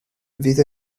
fydd